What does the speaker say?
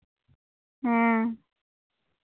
ᱦᱮᱸ